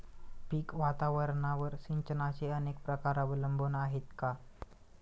पीक वातावरणावर सिंचनाचे अनेक प्रकार अवलंबून आहेत का?